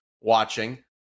watching